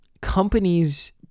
companies